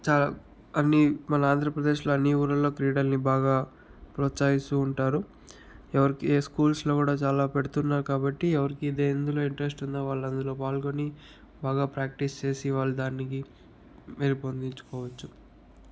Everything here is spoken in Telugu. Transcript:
చా అన్ని మన ఆంధ్రప్రదేశ్లో అన్ని ఊర్లలో క్రీడల్ని బాగా ప్రోత్సహిస్తూ ఉంటారు ఎవరికి ఏ స్కూల్స్లో కూడా చాలా పెడుతున్నారు కాబట్టి ఎవరికి ఎందులో ఇంట్రెస్ట్ ఉందో వాళ్ళు అందులో పాల్గొని బాగా ప్రాక్టీస్ చేసి వాళ్ళు దానికి మెరుగుపొందించుకోవచ్చు